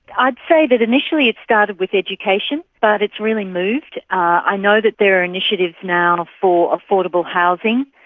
i'd say that initially it started with education, but it's really moved. i know that there are initiatives now for affordable housing,